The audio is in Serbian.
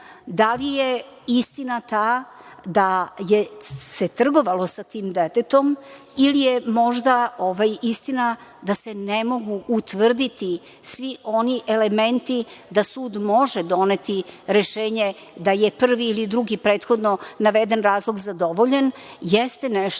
da li je istina ta da se trgovalo sa tim detetom ili je možda istina da se mogu utvrditi svi oni elementi da sud može doneti rešenje da je prvi ili drugi prethodno naveden razlog zadovoljen jeste nešto